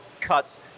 cuts